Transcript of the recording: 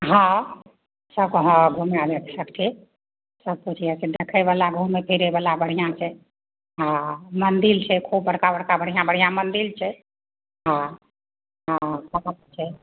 हँ से तऽ हँ घूमे लै सब चीज सब किछु देखै बला घूमै फिरै बला बढ़िआँ छै ओ मंदिल छै खूब बड़का बड़का बढ़िआँ बढ़िआँ मंदिल छै ओ ओ छै